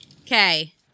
Okay